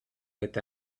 with